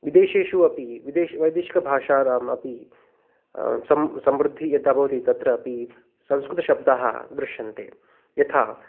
विदेशेषु अपि विदेशेषु वैदेशिकभाषाणाम् अपि सं संवृद्धिः यथा भवति तत्र अपि संस्कृतशब्दाः दृश्यन्ते यथा